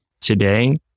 today